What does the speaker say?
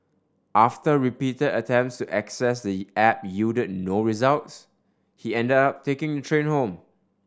after repeated attempts access the app yielded no results he ended up taking the train home